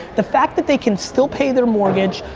the fact that they can still pay their mortgage,